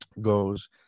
goes